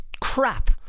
crap